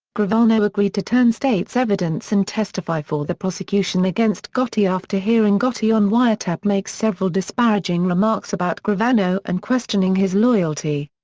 gravano agreed to turn state's evidence and testify for the prosecution against gotti after hearing gotti on wiretap make several disparaging remarks about gravano and questioning his loyalty.